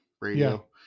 radio